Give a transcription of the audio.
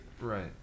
Right